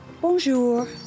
Bonjour